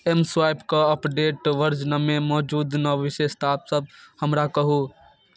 M स्वाइपके updated वर्जनमे मौजूद नव विशेषतासभ हमरा कहू